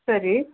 ಸರಿ